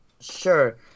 Sure